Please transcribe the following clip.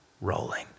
rolling